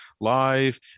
Live